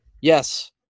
Yes